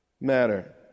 matter